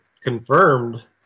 confirmed